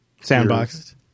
sandbox